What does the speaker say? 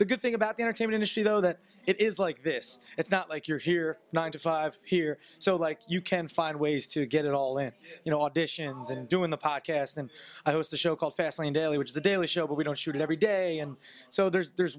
the good thing about the entertainment industry though that it is like this it's not like you're here nine to five here so like you can find ways to get it all in you know auditions and doing the pa cast and i host a show called faslane daily which the daily show but we don't shoot every day and so there's